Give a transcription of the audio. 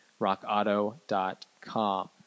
rockauto.com